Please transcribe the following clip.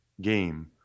game